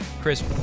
Chris